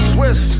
Swiss